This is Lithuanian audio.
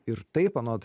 ir taip anot